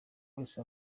wese